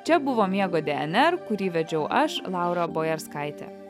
čia buvo miego dnr kurį vedžiau aš laura bojarskaitė